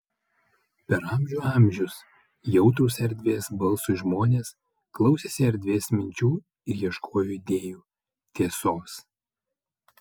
per amžių amžius jautrūs erdvės balsui žmonės klausėsi erdvės minčių ir ieškojo idėjų tiesos